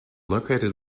located